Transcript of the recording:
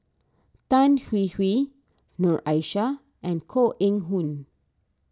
Tan Hwee Hwee Noor Aishah and Koh Eng Hoon